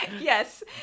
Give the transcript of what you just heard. Yes